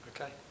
Okay